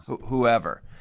whoever